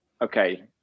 okay